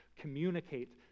communicate